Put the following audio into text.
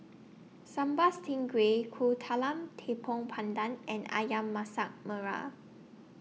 Sambal Stingray Kuih Talam Tepong Pandan and Ayam Masak Merah